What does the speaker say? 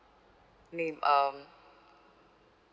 name um